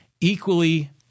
equally